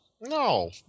No